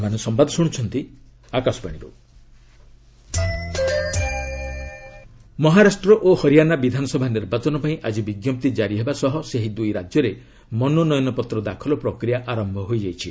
ମହା Haryana assembly election Maharashtra ଓ ହରିୟାଣା ବିଧାନସଭା ନିର୍ବାଚନପାଇଁ ଆଜି ବିଜ୍ଞପ୍ତି ଜାରି ହେବା ସହ ସେହି ଦୁଇ ରାଜ୍ୟରେ ମନୋନୟନ ପତ୍ର ଦାଖଲ ପ୍ରକ୍ରିୟା ଆରମ୍ଭ ହୋଇଯାଇଛି